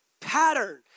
pattern